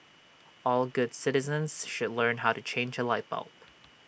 all good citizens should learn how to change A light bulb